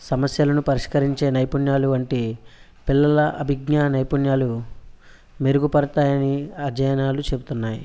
సమస్యలను పరిష్కరించే నైపుణ్యాలు వంటి పిల్లల అవిజ్ఞా నైపుణ్యాలు మెరుగుపడతాయని అధ్యయనాలు చెపుతున్నాయి